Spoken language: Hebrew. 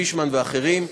פישמן ואחרים.